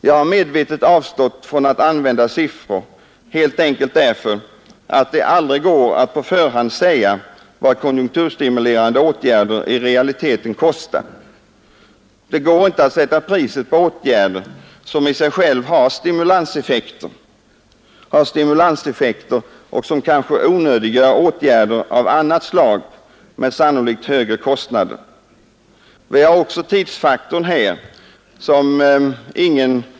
Jag har medvetet avstått från att använda siffror, helt enkelt därför att det aldrig går att på förhand säga vad konjunkturstimulerande åtgärder i realiteten kostar. Det går inte att sätta priset på åtgärder som i sig själva har stimulanseffekter vilka kanske onödiggör åtgärder av annat slag — med sannolikt högre kostnader. Vi har också tidsfaktorn.